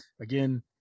Again